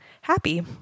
happy